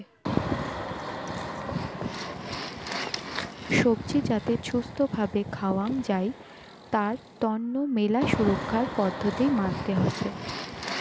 সবজি যাতে ছুস্থ্য ভাবে খাওয়াং যাই তার তন্ন মেলা সুরক্ষার পদ্ধতি মানতে হসে